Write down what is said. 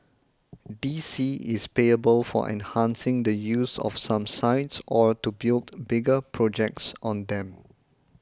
D C is payable for enhancing the use of some sites or to build bigger projects on them